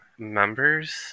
Members